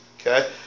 okay